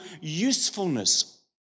usefulness